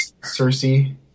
Cersei